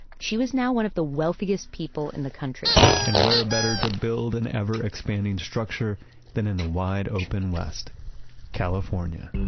she was now one of the wealthiest people in the country and where better to build an ever-expanding structure than in the wide-open west california